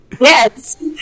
Yes